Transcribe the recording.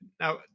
Now